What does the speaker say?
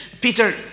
Peter